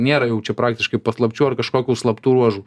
nėra jau čia praktiškai paslapčių ar kažkokių slaptų ruožų